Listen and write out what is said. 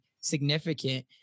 significant